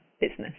business